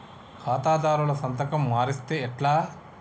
ఖాతాదారుల సంతకం మరిస్తే ఎట్లా?